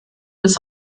des